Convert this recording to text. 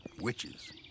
witches